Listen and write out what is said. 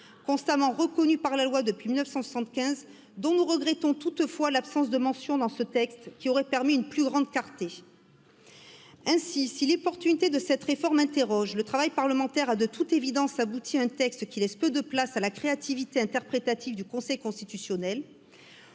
constamment reconnue par la loi depuis mille neuf cent soixante quinze dont nous regrettons toutefois l'absence de mention dans ce texte qui aurait permis une plus grande clarté ainsi si l'opportunité de cette réforme interrogea le travail parlementaire a de toute évidence abouti à un texte qui laisse peu de place à la créativité interprétative du Conseil constitutionnel.